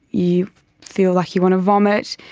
you feel like you want to vomit.